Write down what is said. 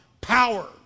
power